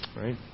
Right